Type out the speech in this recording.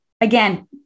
again